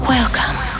Welcome